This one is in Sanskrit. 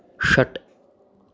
षट्